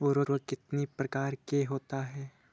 उर्वरक कितनी प्रकार के होता हैं?